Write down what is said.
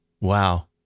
wow